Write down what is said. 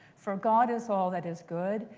for god is all that is good,